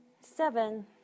seven